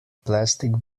plastic